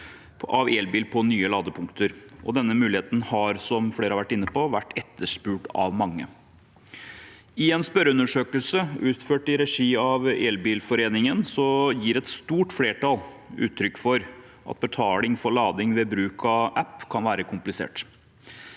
av elbil på nye ladepunkter, og denne muligheten har, som flere har vært inne på, vært etterspurt av mange. I en spørreundersøkelse utført i regi av Elbilforeningen gir et stort flertall uttrykk for at betaling for lading ved bruk av en app kan være komplisert.